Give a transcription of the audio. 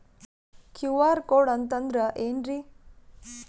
QR code ಅಂತಂದ್ರ ಏನ್ರೀ?